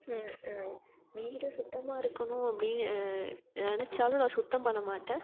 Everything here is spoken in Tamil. வீடு சுத்தமாக இருக்கணும் அப்படின்னு நினச்சாலும் நான் சுத்தம் பண்ண மாட்டேன்